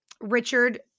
Richard